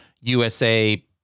USA